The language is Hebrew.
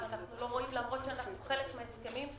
ואנחנו לא רואים למרות שאנחנו חלק מההסכמים.